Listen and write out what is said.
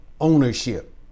ownership